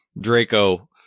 Draco